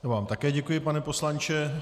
Já vám také děkuji, pane poslanče.